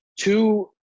two